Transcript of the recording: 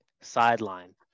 sideline